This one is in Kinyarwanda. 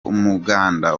umuganda